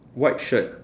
white shirt